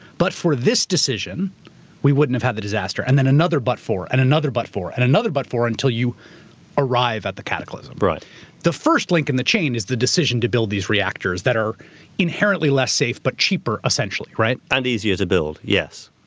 but for this decision we wouldn't have had the disaster. and then another but for, and another, but for, and another but for until you arrive at the cataclysm. the first link in the chain is the decision to build these reactors that are inherently less safe but cheaper essentially. right. and easier to build. yes.